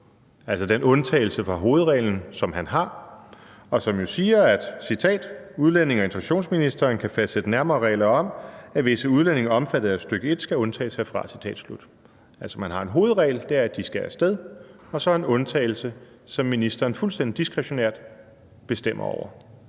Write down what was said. altså den undtagelse fra hovedreglen, som han har, og som jo siger, at – citat – udlændinge- og integrationsministeren kan fastsætte nærmere regler om, at visse udlændinge omfattet af stk. 1 skal undtages herfra? Altså, man har en hovedregel, og det er, at de skal af sted, og så en undtagelse, som ministeren fuldstændig diskretionært bestemmer over.